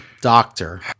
Doctor